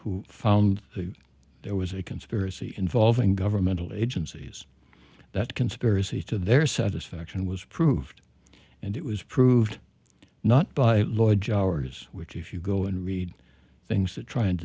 who found that there was a conspiracy involving governmental agencies that conspiracy to their satisfaction was proved and it was proved not by lloyd jowers which if you go and read things to try and